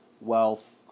wealth